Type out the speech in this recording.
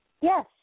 yes